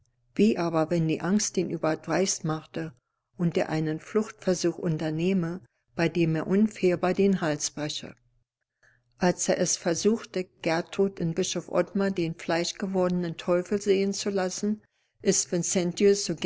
wie aber wenn die angst ihn überdreist machte und er einen fluchtversuch unternähme bei dem er unfehlbar den hals bräche als er es versuchte gertrud in bischof ottmar den fleischgewordenen teufel sehen zu lassen ist